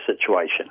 situation